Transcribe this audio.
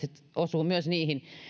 se osuu myös niihin